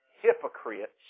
hypocrites